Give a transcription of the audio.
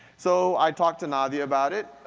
so, i talked to nadia about it.